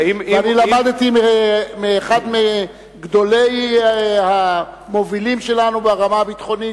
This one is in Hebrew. ואני למדתי מאחד מגדולי המובילים שלנו ברמה הביטחונית,